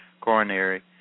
coronary